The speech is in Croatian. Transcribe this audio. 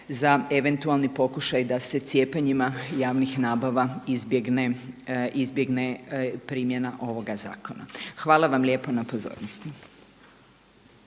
za eventualni pokušaj da se cijepanjima javnih nabava izbjegne primjena ovoga zakona. Hvala vam lijepo na pozornosti.